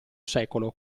secolo